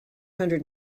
hundred